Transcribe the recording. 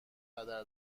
هدر